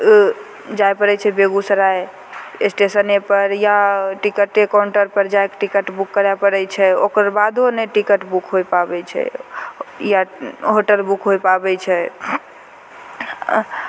अँ जाइ पड़ै छै बेगूसराय एस्टेशनेपर या टिकटे काउण्टरपर जाके टिकट बुक करै पड़ै छै ओकर बादो नहि टिकट बुक होइ पाबै छै या होटल बुक होइ पाबै छै